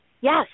Yes